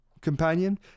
companion